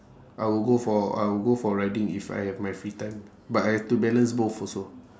I will go for I will go for riding if I have my free time but I have to balance both also